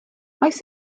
oes